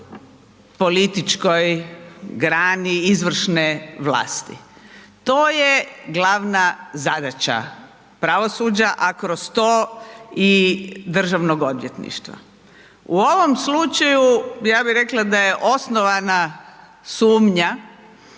političkoj grani izvršne vlasti. To je glavna zadaća pravosuđa, a kroz to i državnog odvjetništva. U ovom slučaju ja bi rekla da je osnovana sumnja